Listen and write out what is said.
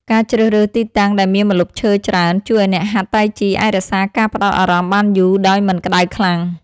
ការជ្រើសរើសទីតាំងដែលមានម្លប់ឈើច្រើន ជួយឱ្យអ្នកហាត់តៃជីអាចរក្សាការផ្ដោតអារម្មណ៍បានយូរដោយមិនក្ដៅខ្លាំង។